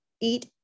eat